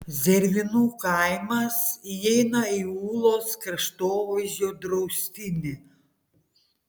zervynų kaimas įeina į ūlos kraštovaizdžio draustinį